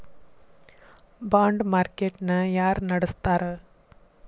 ಬಾಂಡ market ನ ಯಾರ ನಡಸ್ತಾರ?